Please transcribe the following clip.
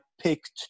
picked